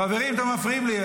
חברים, אתם מפריעים לי.